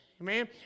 Amen